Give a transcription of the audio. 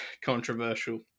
controversial